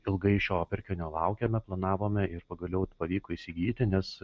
ilgai šio pirkinio laukėme planavome ir pagaliau pavyko įsigyti nes